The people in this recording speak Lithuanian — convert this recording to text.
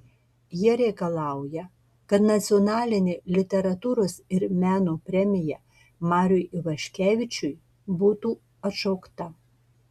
jie reikalauja kad nacionalinė literatūros ir meno premija mariui ivaškevičiui būtų atšaukta